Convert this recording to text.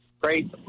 Great